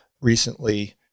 recently